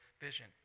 vision